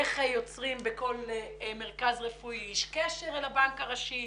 איך יוצרים בכל מרכז רפואי איש קשר לבנק הראשי,